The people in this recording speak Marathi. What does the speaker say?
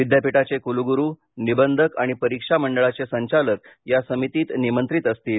विद्यापीठाचे कुलगुरू निवंधक आणि परीक्षा मंडळाचे संचालक या समितीत निमंत्रित असतील